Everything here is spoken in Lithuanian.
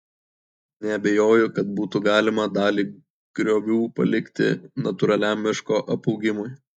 neabejoju kad būtų galima dalį griovių palikti natūraliam miško apaugimui